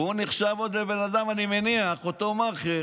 ואותו מאכער,